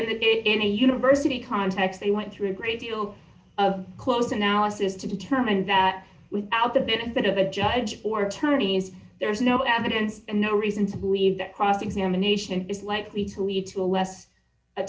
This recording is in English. but if any university contacts they went through a great deal of close analysis to determine that without the benefit of a judge for attorneys there is no evidence and no reason to believe that cross examination is likely to lead to a less